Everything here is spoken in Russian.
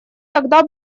тогда